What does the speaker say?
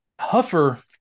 Huffer